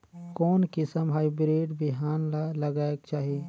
कोन किसम हाईब्रिड बिहान ला लगायेक चाही?